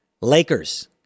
Lakers